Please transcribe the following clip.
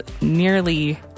nearly